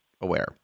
aware